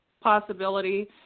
possibility